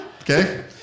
Okay